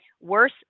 Worse